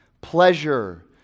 Pleasure